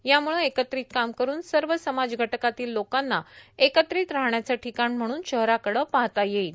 यामुळं एकत्रित काम करून सर्व समाज घटकातील लोकांना एकत्रित राहण्याचं ठिकाण म्हणून शहराकडं पाहता येईल